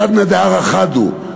סדנא דארעא חד הוא,